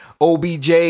OBJ